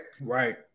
Right